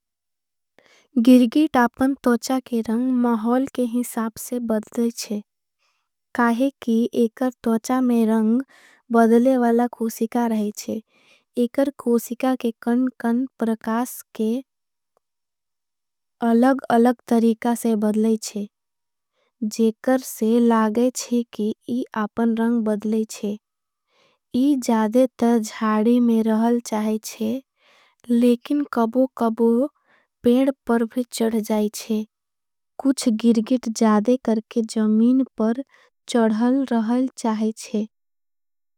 गिर्गित आपन तोचा के रङ्ग महौल के हिसाब से बदलेंचे। काहे कि एकर तोचा में रङ्ग बदलेवाला खोसिका रहेंचे। एकर खोसिका के कन-कन प्रकास के अलग अलग तरीका से बदलेंचे। जेकर से लागेचे की इआपन रङ्ग बदलेंचे। कुछ गिर्गित जादे करके जमीन पर चड़हल रहल चाहेंचे।